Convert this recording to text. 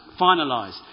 finalised